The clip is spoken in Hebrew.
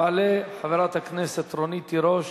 תעלה חברת הכנסת רונית תירוש.